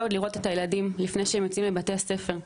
לראות את הילדים לפני שהם יוצאים לבית ספר.